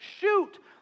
shoot